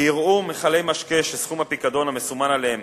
ויראו מכלי משקה שסכום הפיקדון המסומן עליהם